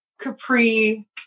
capri